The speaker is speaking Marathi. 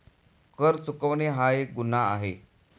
कर चुकवणे हा एक गुन्हा आहे